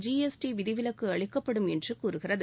GST விதிவிலக்கு அளிக்கப்படும் என்று கூறுகிறது